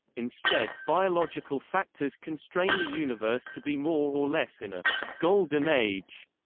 instead, biological factors constrain the universe to be more or less in a golden age,